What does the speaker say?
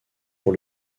pour